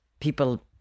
people